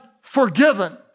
forgiven